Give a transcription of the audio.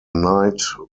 night